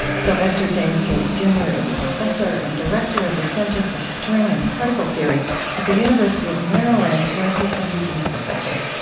sylvester james gates jr. is a professor and director of the center for string and particle theory at the university of maryland, where he's a regents professor.